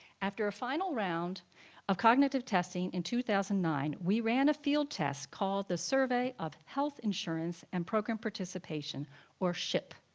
after a final round of cognitive testing in two thousand and nine, we ran a field test called the survey of health insurance and program participation or ship.